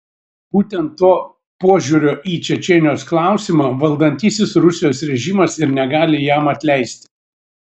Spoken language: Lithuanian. būtent to požiūrio į čečėnijos klausimą valdantysis rusijos režimas ir negali jam atleisti